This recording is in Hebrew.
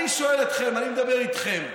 אני שואל אתכם, אני מדבר איתכם: